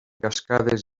cascades